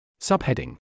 Subheading